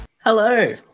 Hello